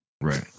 Right